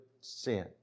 sin